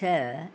छह